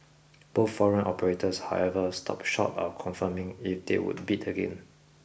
both foreign operators however stopped short of confirming if they would bid again